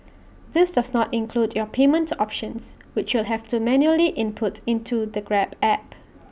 this does not include your payment options which you'll have to manually input into the grab app